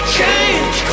change